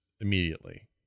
immediately